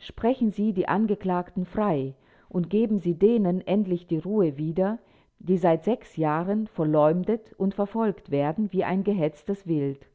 sprechen sie die angeklagten frei und geben sie denen endlich die ruhe wieder die seit sechs jahren verleumdet und verfolgt werden wie ein gehetztes wild